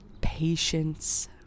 patience